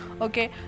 okay